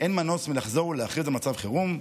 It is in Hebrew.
אין מנוס מלחזור ולהכריז על מצב חירום.